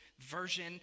version